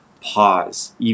pause